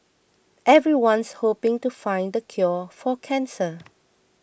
everyone's hoping to find the cure for cancer